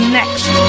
next